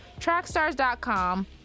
trackstars.com